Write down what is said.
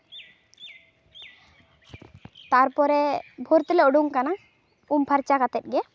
ᱛᱟᱨᱯᱚᱨᱮ ᱵᱷᱳᱨ ᱛᱮᱞᱮ ᱩᱰᱩᱝ ᱠᱟᱱᱟ ᱩᱢ ᱯᱷᱟᱨᱪᱟ ᱠᱟᱛᱮ ᱜᱮ